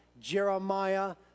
Jeremiah